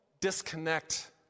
disconnect